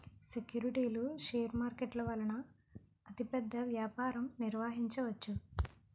సెక్యూరిటీలు షేర్ మార్కెట్ల వలన అతిపెద్ద వ్యాపారం నిర్వహించవచ్చు